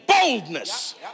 boldness